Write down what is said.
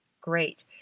great